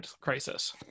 crisis